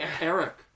Eric